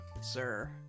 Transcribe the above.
sir